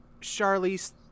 Charlize